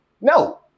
No